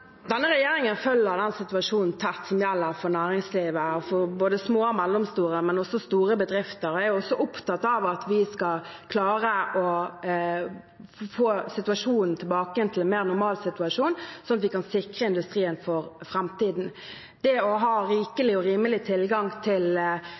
Denne regjeringen følger tett den situasjonen som gjelder for næringslivet og både små, mellomstore og store bedrifter. Jeg er også opptatt av at vi skal klare å få situasjonen tilbake til en mer normal situasjon, sånn at vi kan sikre industrien for framtiden. Det å ha